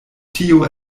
tio